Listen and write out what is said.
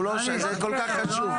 זה כל כך חשוב.